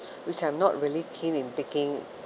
which I'm not really keen in taking